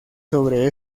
sobre